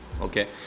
okay